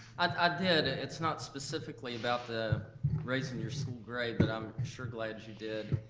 um ah did. it's not specifically about the raising your school grade, but i'm sure glad you did,